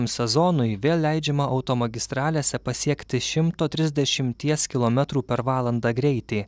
sezonui vėl leidžiama automagistralėse pasiekti šimto trisdešimties kilometrų per valandą greitį